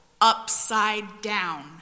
upside-down